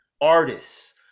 artists